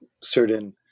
certain